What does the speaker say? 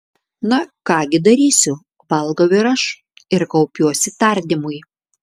na ką gi darysiu valgau ir aš ir kaupiuosi tardymui